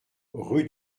rue